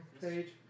page